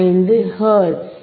15 hertz